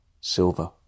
Silver